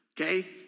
Okay